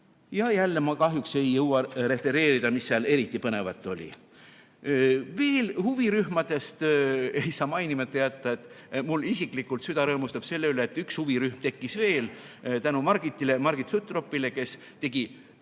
Ja jälle ma kahjuks ei jõua refereerida, mis seal eriti põnevat oli. Huvirühmadest veel [rääkides] ei saa mainimata jätta, et mul isiklikult süda rõõmustab selle üle, et üks huvirühm tekkis veel tänu Margit Sutropile, kes tegi